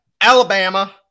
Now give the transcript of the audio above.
Alabama –